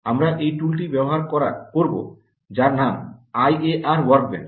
আমরা এই টুলটি ব্যবহার করব যার নাম আইএআর ওয়ার্কবেঞ্চ